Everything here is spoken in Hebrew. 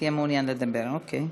תהיה מעוניין לדבר, אוקיי.